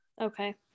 Okay